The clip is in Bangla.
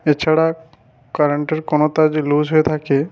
এছাড়া কারেন্টের কোনো তার যদি লুজ হয়ে থাকে